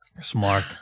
Smart